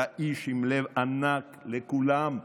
אתה איש עם לב ענק לכולם,